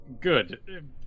good